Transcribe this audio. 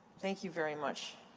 thank you very much.